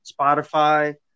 Spotify